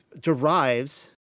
derives